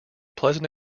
pleasant